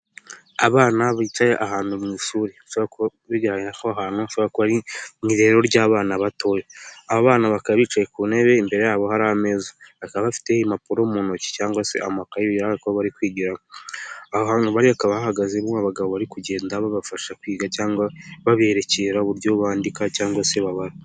Abana bicaye ahantu mu ishuri bigaragara ko aho hantu ari mu irerero ry'abana bato. Bakaba bicaye ku ntebe imbere yabo hari ameza, bakaba bafite impapuro mu ntoki cyangwa se amakaye bigaragara ko bari kwigiramo. Hakaba hahagazemo abagabo bari kugenda babafasha kwiga cyangwa ba bererekera uburyo bandika cyangwa se babara.